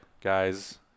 guys